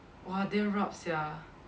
!wah! damn rabz sia